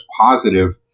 positive